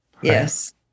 Yes